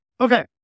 Okay